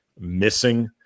missing